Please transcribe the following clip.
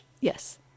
Yes